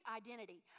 identity